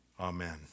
Amen